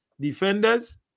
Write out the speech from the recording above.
Defenders